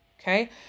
Okay